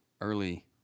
early